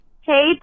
Hey